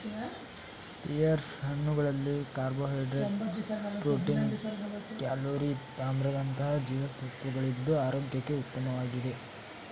pears ಹಣ್ಣುಗಳಲ್ಲಿ carbohydrates, protein, calorie ತಾಮ್ರದಂತಹ ಜೀವಸತ್ವಗಳಿದ್ದು ಆರೋಗ್ಯಕ್ಕೆ ಉತ್ತಮವಾಗಿದೆ